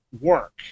work